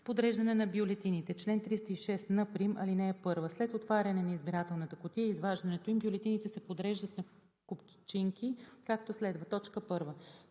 Подреждане на бюлетините Чл. 306н' (1) След отваряне на избирателната кутия и изваждането им бюлетините се подреждат на купчинки, както следва: 1.